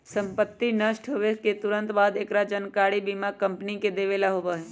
संपत्ति नष्ट होवे के तुरंत बाद हमरा एकरा जानकारी बीमा कंपनी के देवे ला होबा हई